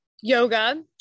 Yoga